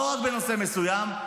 לא רק בנושא מסוים,